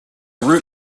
root